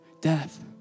death